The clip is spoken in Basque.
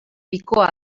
pikoa